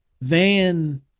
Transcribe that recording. van